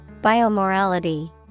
Biomorality